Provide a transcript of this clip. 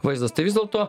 vaizdas tai vis dėlto